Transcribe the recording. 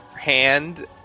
hand